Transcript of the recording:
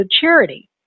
charity